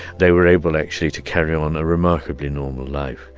they were able, actually, to carry on a remarkably normal life.